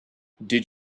did